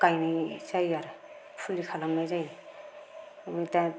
गायनाय जायो आरो फुलि खालामनाय जायो दा